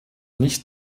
nicht